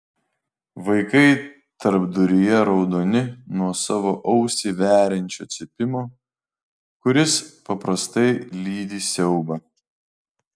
vaikai tarpduryje raudoni nuo savo ausį veriančio cypimo kuris paprastai lydi siaubą